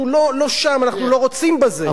אנחנו לא שם, אנחנו לא רוצים בזה.